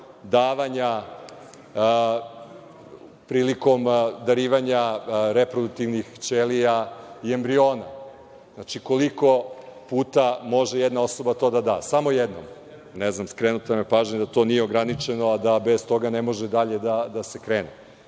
davanja prilikom darivanja reproduktivnih ćelija i embriona, znači, koliko puta može jedna osoba to da da? Samo jednom? Ne znam, skrenuta nam je pažnja da to nije ograničeno, a da bez toga ne može dalje da se krene.